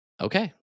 Okay